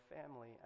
family